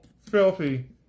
filthy